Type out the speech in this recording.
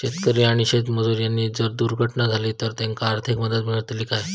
शेतकरी आणि शेतमजूर यांची जर दुर्घटना झाली तर त्यांका आर्थिक मदत मिळतली काय?